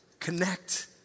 connect